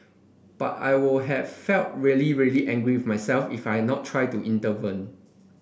but I would have felt really really angry with myself if I not tried to intervene